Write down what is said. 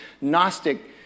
Gnostic